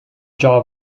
jaw